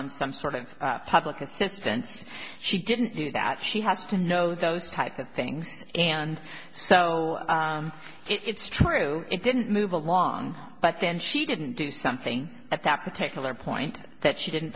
on some sort of public assistance she didn't do that she had to know those type of things and so it's true it didn't move along but then she didn't do something at that particular point that she didn't